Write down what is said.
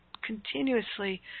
continuously